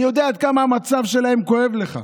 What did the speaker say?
אני יודע עד כמה המצב שלהם כואב לך,